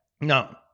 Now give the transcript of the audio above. No